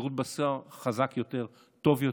שירות בתי סוהר חזק יותר וטוב יותר.